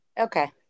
okay